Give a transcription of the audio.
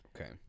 Okay